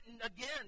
again